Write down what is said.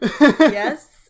Yes